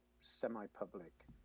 semi-public